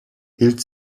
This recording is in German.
hielt